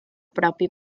propi